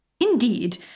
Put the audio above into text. Indeed